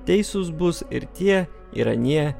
teisūs bus ir tie ir anie